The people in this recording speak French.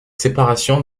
séparation